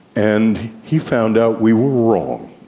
and he found out we were wrong.